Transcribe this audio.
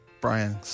Brian